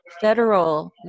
federal